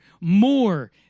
more